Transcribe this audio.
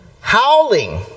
howling